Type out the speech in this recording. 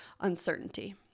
uncertainty